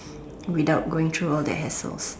without going through all the hassle